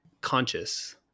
conscious